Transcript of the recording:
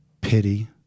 pity